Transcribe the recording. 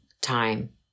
time